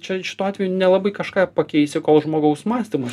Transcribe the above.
čia šituo atveju nelabai kažką pakeisi kol žmogaus mąstymas